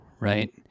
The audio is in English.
right